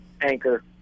Anchor